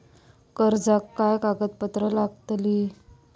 कर्जाक काय कागदपत्र लागतली?